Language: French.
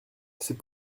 c’est